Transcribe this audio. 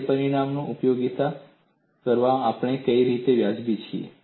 તે પરિણામનો ઉપયોગ કરવામાં આપણે કેવી રીતે વ્યાજબી છીએ